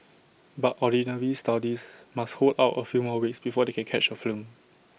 but Ordinary Saudis must hold out A few more weeks before they can catch A film